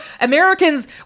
Americans